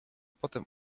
potem